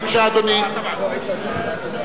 בבקשה, אדוני.